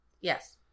Yes